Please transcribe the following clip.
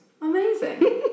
Amazing